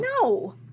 No